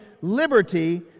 liberty